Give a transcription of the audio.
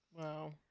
Wow